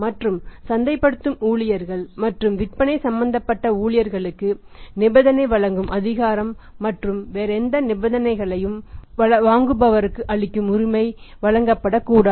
மற்றும் சந்தைப்படுத்தும் ஊழியர்கள் மற்றும் விற்பனை சம்பந்தப்பட்ட ஊழியர்களுக்கு நிபந்தனை வழங்கும் அதிகாரம் மற்றும் வேறு எந்த நிபந்தனைகளையும் வாங்குபவருக்கு அளிக்கும் உரிமை வழங்கப்படக் கூடாது